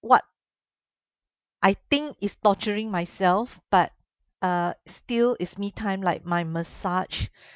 what I think is torturing myself but uh still is me time like my massage